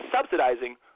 subsidizing